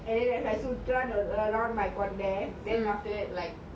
and then like சுத்துறான்:suthuran around my கொண்ட:konda and then after that like